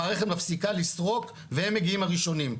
המערכת מפסיקה לסרוק והם מגיעים הראשונים,